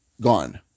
gone